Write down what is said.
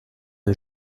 une